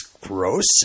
gross